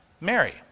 Mary